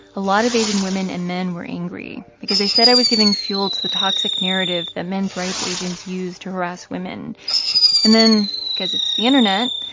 a lot of asian women and men were angry because they said i was giving fuel to the toxic narrative that men's rights asians use to harass women and then because it's the internet,